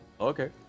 Okay